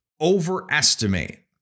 overestimate